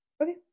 Okay